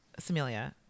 Samelia